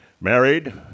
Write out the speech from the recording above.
Married